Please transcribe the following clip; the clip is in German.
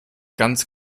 ganz